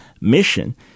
mission